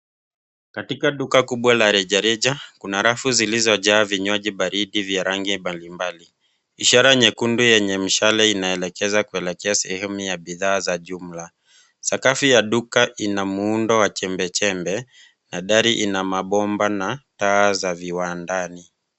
Katika duka kubwa la rejareja, kuna rafu zilizojaa vinywaji baridi vya rangi mbalimbali. Ishara nyekundu yenye mishale inaelekeza kuelekea sehemu ya bidhaa za jumla. Sakafu ya duka ina muundo wa chembechembe na dari ina mabomba na taa za viwandani.